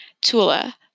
Tula